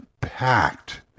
packed